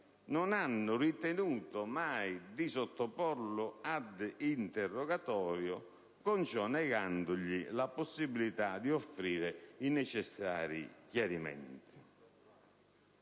non hanno ritenuto mai di sottoporlo ad interrogatorio, con ciò negandogli la possibilità di offrire i necessari chiarimenti.